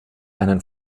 einen